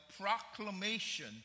proclamation